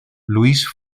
louise